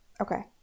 Okay